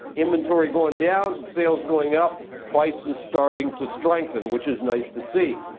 inventory going down, sales going up, prices starting to strengthen, which is nice to see.